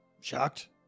Shocked